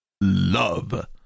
love